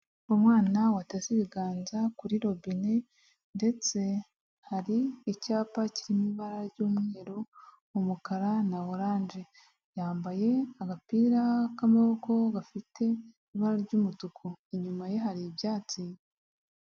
Umwana wateze ibiganza kuri robine, ndetse hari icyapa kiri mu ibara ry'umweru, umukara, na oranje, yambaye agapira k'amaboko gafite ibara ry'umutuku, inyuma ye hari ibyatsi.